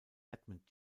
edmund